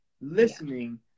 listening